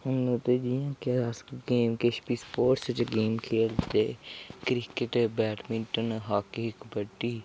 हून अस स्पोर्टस च गेम खेलदे cricket badminton hockey kabaddi